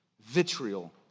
vitriol